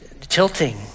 tilting